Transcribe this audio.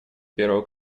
первого